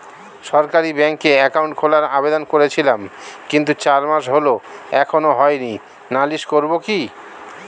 সরকারি ব্যাংকে একাউন্ট খোলার আবেদন করেছিলাম কিন্তু চার মাস হল এখনো হয়নি নালিশ করব কি?